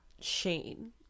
Shane